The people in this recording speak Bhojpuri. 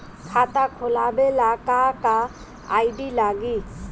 खाता खोलाबे ला का का आइडी लागी?